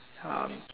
ya